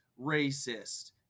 racist